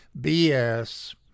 BS